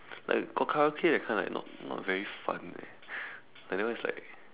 like got Karaoke that kind like not not very fun eh but that one is like